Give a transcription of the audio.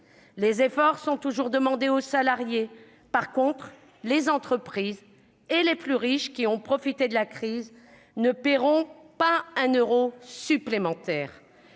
Les efforts sont toujours demandés aux salariés. En revanche, les entreprises et nos compatriotes les plus riches, qui ont profité de la crise, ne paieront pas un euro supplémentaire